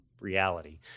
reality